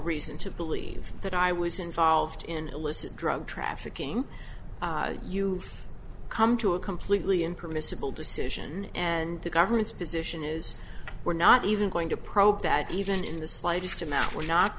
reason to believe that i was involved in illicit drug trafficking you've come to a completely impermissible decision and the government's position is we're not even going to probe that even in the slightest amount